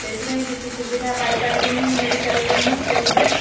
ସେଇଥିପାଇଁ କିଛି ସୁବିଧା ପାଇପାରିଲି ନାହିଁ ମେଡ଼ିକାଲରେ ମୁଁ ସେଇଥିପାଇଁ